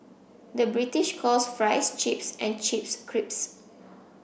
the British calls fries chips and chips crisps